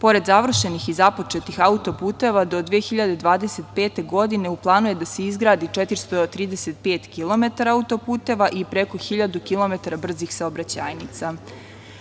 km.Pored završenih i započetih auto-puteva do 2025. godine u planu je da se izgradi 435 km auto-puteva i preko hiljadu kilometara brzih saobraćajnica. Kada